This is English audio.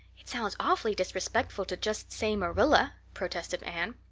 it sounds awfully disrespectful to just say marilla, protested anne.